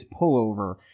pullover